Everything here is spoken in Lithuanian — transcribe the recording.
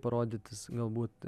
parodytis galbūt